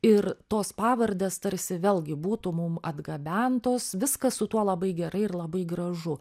ir tos pavardės tarsi vėlgi būtų mum atgabentos viskas su tuo labai gerai ir labai gražu